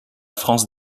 france